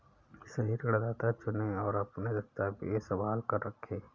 सही ऋणदाता चुनें, और अपने दस्तावेज़ संभाल कर रखें